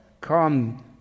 come